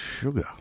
sugar